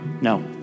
no